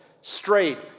straight